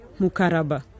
Mukaraba